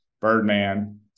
Birdman